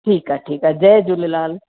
ठीक आ ठीक आ जै झूलेलाल